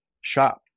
shop